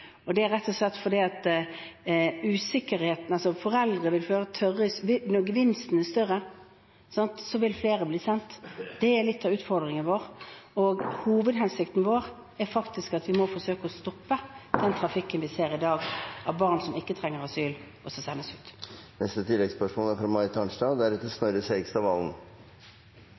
Det er rett og slett fordi når gevinsten blir større, vil flere bli sendt. Det er litt av utfordringen vår. Hovedhensikten vår er at vi må forsøke å stoppe den trafikken vi ser i dag av barn som ikke trenger asyl og skal sendes ut. Marit Arnstad – til oppfølgingsspørsmål. Som enkelte andre talere har vært inne på, er